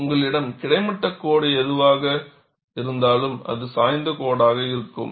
உங்களிடம் கிடைமட்ட கோடு எதுவாக இருந்தாலும் அது சாய்ந்த கோடாக இருக்கும்